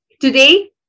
today